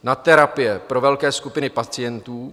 Na terapie pro velké skupiny pacientů.